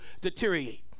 deteriorate